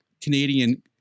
canadian